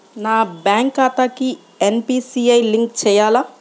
నా బ్యాంక్ ఖాతాకి NPCI link చేయాలా?